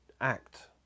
act